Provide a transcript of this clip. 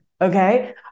okay